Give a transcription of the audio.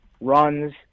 runs